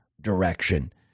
direction